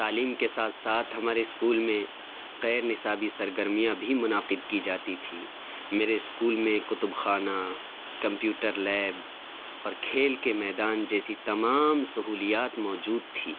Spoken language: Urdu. تعلیم کے ساتھ ساتھ ہمارے اسکول میں غیرنصابی سرگرمیاں بھی منعقد کی جاتی تھیں میرے اسکول میں کتب خانہ کمپیوٹر لیب اور کھیل کے میدان جیسی تمام سہولیات موجود تھی